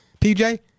PJ